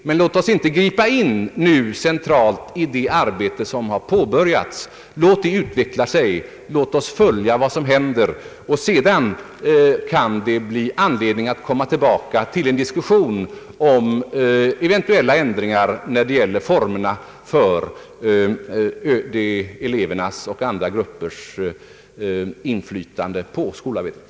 Men låt oss inte gripa in nu centralt i det arbete som har påbörjats. Låt det utveckla sig. Låt oss följa vad som händer. Sedan kan det bli anledning att komma tillbaka till en diskussion om eventuella ändringar när det gäller formerna för elevernas och andra gruppers inflytande på skolarbetet.